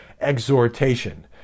exhortation